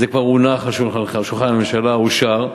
זה כבר הונח על שולחנך, על שולחן הממשלה, ואושר.